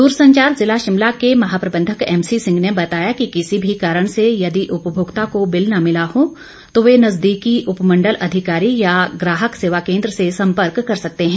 दूरसंचार जिला शिमला के महाप्रबंधक एमसी सिंह ने बताया कि किसी भी कारण से यदि उपभोक्ता को बिल न मिला हो तो वो नजदीकी उपमण्डल अधिकारी या ग्राहक सेवा केन्द्र से सम्पर्क कर सकते हैं